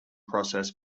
process